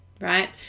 right